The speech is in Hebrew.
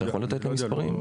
האם אתה יכול לתת לי מספרים?